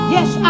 Yes